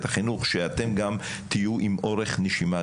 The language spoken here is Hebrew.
החינוך זה שגם אתם תהיו עם אורך נשימה,